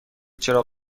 چراغ